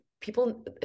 people